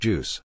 Juice